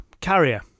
Carrier